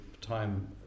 time